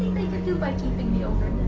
do by keeping me overnight?